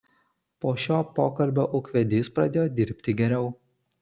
po šio pokalbio ūkvedys pradėjo dirbti geriau